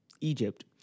Egypt